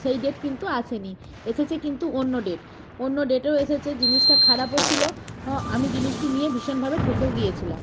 সেই ডেট কিন্তু আসে নি এসেছে কিন্তু অন্য ডেট অন্য ডেটেও এসেছে জিনিসটা খারাপও ছিলো আমি জিনিসটি নিয়ে ভীষণভাবে ঠকেও গিয়েছিলাম